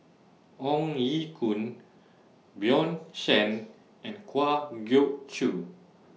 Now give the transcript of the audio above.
Ong Ye Kung Bjorn Shen and Kwa Geok Choo